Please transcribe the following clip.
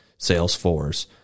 Salesforce